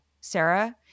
Sarah